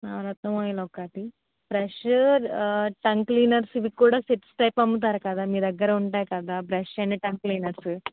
నవరత్నం oil ఒకటి brush tongue cleaners ఇవి కూడా సెట్స్ టైపు అమ్ముతారు కదా మీ దగ్గర ఉంటాయి కదా బ్రష్ అండ్ టంగ్ క్లీనర్సు